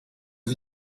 aza